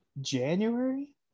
january